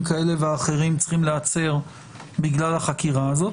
כאלה ואחרים צריכים להיעצר בגלל החקירה הזו.